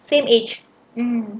same age mm